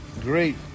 great